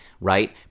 right